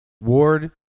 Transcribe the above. Ward